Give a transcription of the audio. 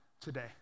today